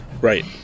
Right